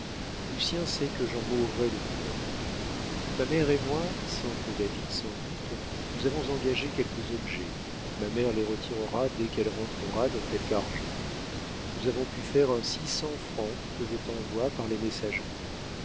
lucien sait que j'en mourrais de douleur ma mère et moi sans que david s'en doute nous avons engagé quelques objets ma mère les retirera dès qu'elle rentrera dans quelque argent nous avons pu faire ainsi cent francs que je t'envoie par les messageries